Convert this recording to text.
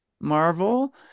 Marvel